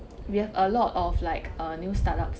we have a lot of like a new startups